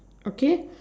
okay